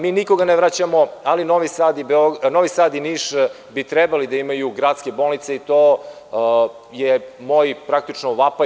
Mi nikoga ne vraćamo, ali Novi Sad i Niš bi trebali da imaju gradske bolnice, i to je moj praktično vapaj.